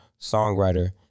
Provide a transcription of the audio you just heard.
songwriter